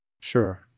Sure